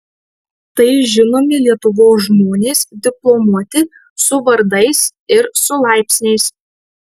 tai žinomi lietuvos žmonės diplomuoti su vardais ir su laipsniais